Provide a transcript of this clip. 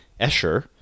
escher